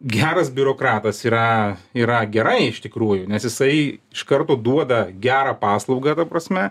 geras biurokratas yra yra gerai iš tikrųjų nes jisai iš karto duoda gerą paslaugą ta prasme